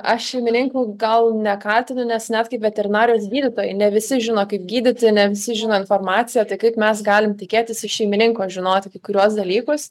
aš šeimininkų gal nekaltinu nes net kaip veterinarijos gydytojai ne visi žino kaip gydyti ne visi žino informaciją tai kaip mes galim tikėtis iš šeimininko žinoti kai kuriuos dalykus